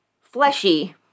fleshy